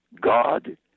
God